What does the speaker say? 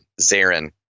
Zarin